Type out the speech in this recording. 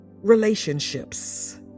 relationships